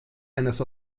eines